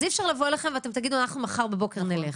אז אי-אפשר לבוא אליכם ואתם תגידו "אנחנו מחר בבוקר נלך".